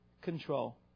control